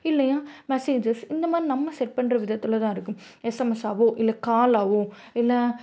இல்லையா மெசேஜஸ் இந்தமாதிரி நம்ம செட் பண்ணுற விதத்தில் தான் இருக்குது எஸ்எம்எஸ்ஸாவோ இல்லை காலாவோ இல்லை